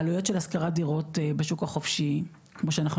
העלויות של השכרת דירות בשוק החופשי כמו שאנחנו